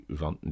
van